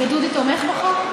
ודודי תומך בחוק?